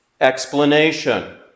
explanation